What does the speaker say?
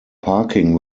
parking